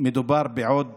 מדובר בעוד